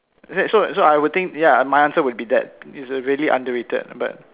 that so so I would think ya my answer would be that its a really underrated but